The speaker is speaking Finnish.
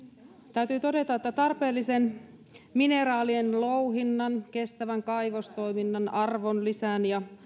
täytyy todeta että luulenpa että tarpeellisen mineraalien louhinnan kestävän kaivostoiminnan arvonlisän ja